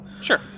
Sure